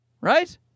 Right